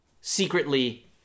secretly